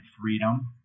freedom